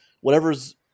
whatever's